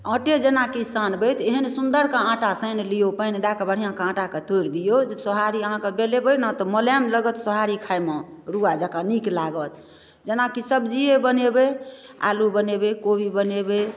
आटे जेनाकि सानबै तऽ एहन सुन्दरके आटा सानि लिऔ पानि दऽ कऽ बढ़िआँके आटाके तोड़ि दिऔ जे सोहारी अहाँके बेलबै ने तऽ मोलाएम लगत सोहारी खाइमे रुइआ जकाँ नीक लागत जेनाकि सब्जिए बनेबै आलू बनेबै कोबी बनेबै